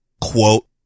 Quote